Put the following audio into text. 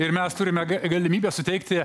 ir mes turime ga galimybę suteikti